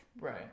right